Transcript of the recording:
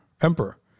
emperor